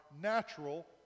natural